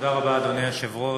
אדוני היושב-ראש,